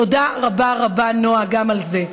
תודה רבה רבה, נעה, גם על זה.